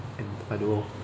and I don't know